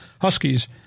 Huskies